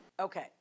Okay